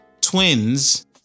twins